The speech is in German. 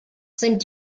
sind